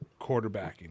quarterbacking